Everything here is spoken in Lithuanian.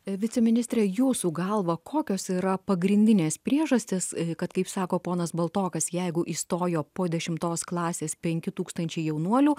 viceministrė jūsų galva kokios yra pagrindinės priežastys kad kaip sako p baltokas jeigu įstojo po dešimtos klasės penki tūkstančiai jaunuolių